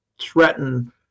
threaten